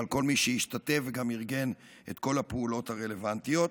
את כל מי שהשתתף וארגן את כל הפעולות הרלוונטיות.